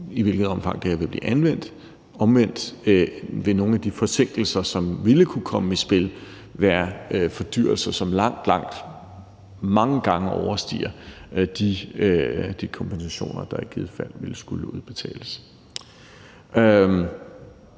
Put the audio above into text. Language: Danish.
i hvilket omfang det her vil blive anvendt. Omvendt vil nogle af de forsinkelser, som ville kunne komme i spil, være fordyrelser, som mange gange overstiger de kompensationer, der i givet fald vil skulle udbetales.